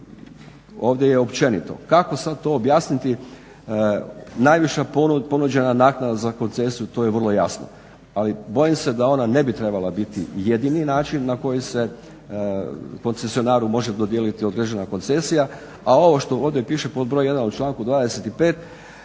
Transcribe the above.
ovdje je općenito. Kako sad to objasniti najviša ponuđena naknada za koncesiju to je vrlo jasno, ali bojim se da ona ne bi trebala biti jedini način na koji se koncesionaru može dodijeliti određena koncesija, a ovo što ovdje piše pod broj 1 u članku 25.